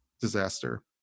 disaster